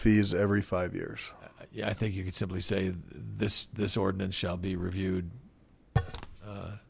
fees every five years yeah i think you could simply say that this this ordinance shall be reviewed